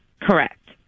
Correct